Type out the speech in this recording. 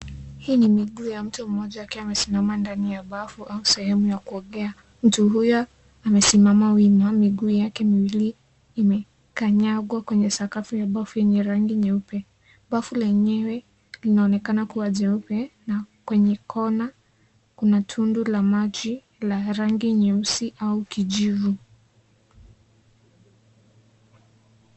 Hii ni miguu ya mtu mmoja akiwa amesimama ndani ya bafu au sehemu ya kuogea. Mtu huyo amesimama wima, miguu yake miwili imekanyagwa kwenye sakafu ya bafu yenye rangi nyeupe. Bafu lenyewe linaonekana kua jeupe, na kwenye kona kuna tundu la maji la rangi nyeusi au kijivu.